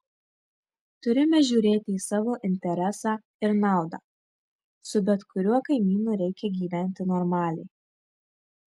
turime žiūrėti į savo interesą ir naudą su bet kuriuo kaimynu reikia gyventi normaliai